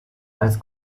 als